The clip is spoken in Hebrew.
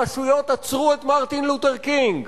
הרשויות עצרו את מרטין לותר קינג,